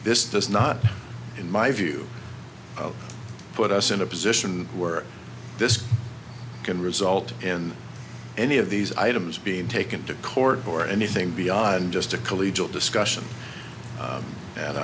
this does not in my view put us in a position where this can result in any of these items being taken to court or anything beyond just a collegial discussion